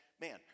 man